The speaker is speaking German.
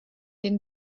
den